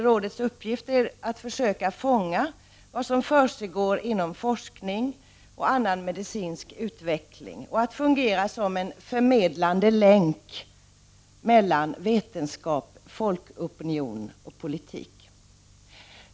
Rådets uppgift är att försöka fånga vad som försiggår inom forskningen och annan medicinsk utveckling och att fungera som en förmedlande länk mellan vetenskap, folkopinion och politiker.